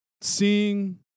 seeing